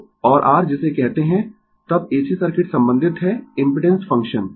तो और r जिसे कहते है तब AC सर्किट संबंधित है इम्पिडेंस फंक्शन